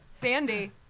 Sandy